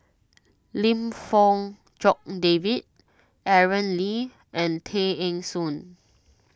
Lim Fong Jock David Aaron Lee and Tay Eng Soon